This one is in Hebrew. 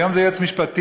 היום זה יועץ משפטי,